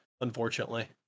Unfortunately